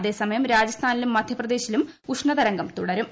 അതേസമയം രാജസ്ഥാ്തിലു്ം മധ്യപ്രദേശിലും ഉഷ്ണതരംഗം തുടരും